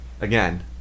again